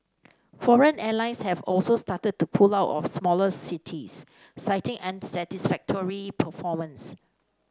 foreign airlines have also started to pull out of smaller cities citing unsatisfactory performance